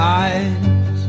eyes